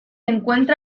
encuentra